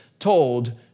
told